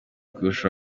kurusha